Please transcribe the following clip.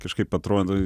kažkaip atrodo